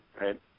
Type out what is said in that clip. right